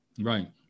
Right